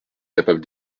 capable